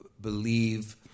believe